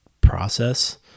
process